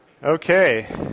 Okay